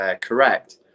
correct